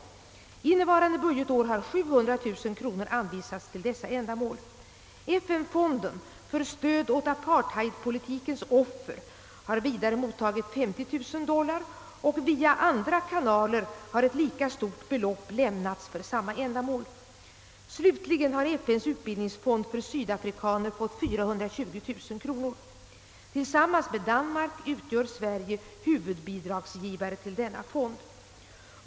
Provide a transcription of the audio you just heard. Innevarande budgetår har 700 000 kronor anvisats till dessa ändamål. FN-fonden för stöd åt apartheidpolitikens offer har vidare mottagit 50 000 dollar, och via andra kanaler har ett lika stort belopp lämnats för samma ändamål. Slutligen har FN:s utbildningsfond för sydafrikaner fått 420 000 kronor. Tillsammans med Danmark utgör Sverige huvudbidragsgivare till denna fond.